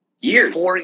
Years